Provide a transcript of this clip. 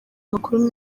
amakuru